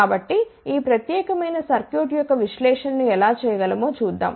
కాబట్టి ఈ ప్రత్యేకమైన సర్క్యూట్ యొక్క విశ్లేషణ ను ఎలా చేయగలమో చూద్దాం